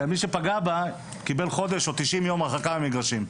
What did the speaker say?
ומי שפגע בה קיבל חודש או תשעים יום הרחקה מהמגרשים.